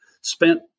spent